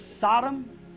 Sodom